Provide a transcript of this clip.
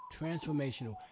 Transformational